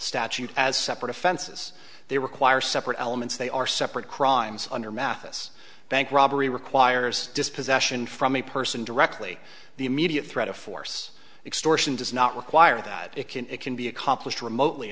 statute as separate offenses they require separate elements they are separate crimes under mathis bank robbery requires dispossession from a person directly the immediate threat of force extortion does not require that it can it can be accomplice remotely